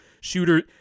shooter